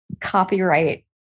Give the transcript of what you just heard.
copyright